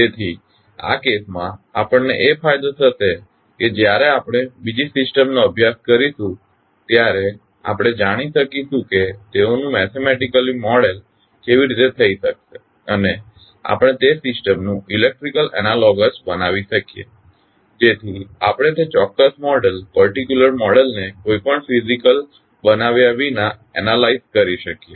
તેથી આ કેસમાં આપણને એ ફાયદો થશે કે જ્યારે આપણે બીજી સિસ્ટમ્સનો અભ્યાસ કરીશું ત્યારે આપણે જાણી શકીશું કે તેઓનું મેથેમેટિકલી મોડેલ કેવી રીતે થઇ શક્શે અને આપણે તે સિસ્ટમનું ઇલેક્ટ્રીકલ એનાલોગસ બનાવી શકીએ જેથી આપણે તે ચોક્કસ મોડેલ ને કોઈ પણ ફીઝીકલ બનાવ્યા વિના એનાલાઇઝ કરી શકીએ